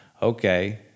okay